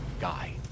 guy